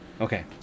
Okay